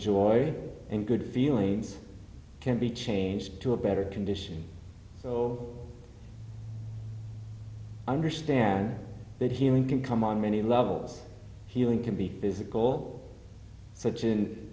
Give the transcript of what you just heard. joy and good feelings can be changed to a better condition so understand that healing can come on many levels healing can be physical such and